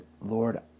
Lord